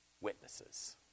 Witnesses